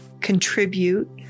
contribute